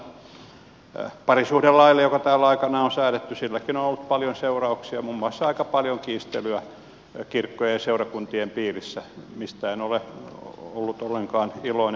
parisuhdelaillakin joka täällä aikanaan on säädetty on ollut paljon seurauksia muun muassa aika paljon kiistelyä kirkkojen ja seurakuntien piirissä mistä en ole ollut ollenkaan iloinen